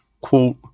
Quote